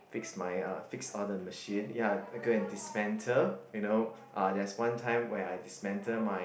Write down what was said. fix my uh fix all the machine ya go and dismantle you know uh there's one time when I dismantle my